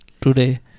today